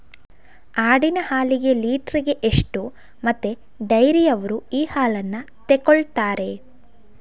ಆಡಿನ ಹಾಲಿಗೆ ಲೀಟ್ರಿಗೆ ಎಷ್ಟು ಮತ್ತೆ ಡೈರಿಯವ್ರರು ಈ ಹಾಲನ್ನ ತೆಕೊಳ್ತಾರೆ?